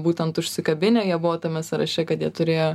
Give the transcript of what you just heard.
būtent užsikabinę jie buvo tame sąraše kad jie turėjo